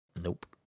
nope